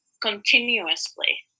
continuously